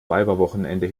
weiberwochenende